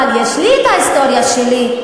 אבל יש לי את ההיסטוריה שלי,